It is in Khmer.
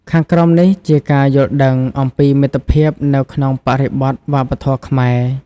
ខាងក្រោមនេះជា ការយល់ដឹងអំពីមិត្តភាពនៅក្នុងបរិបទវប្បធម៌ខ្មែរ។